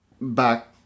back